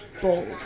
bold